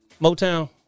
Motown